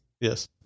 Yes